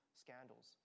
scandals